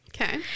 Okay